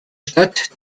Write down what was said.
stadt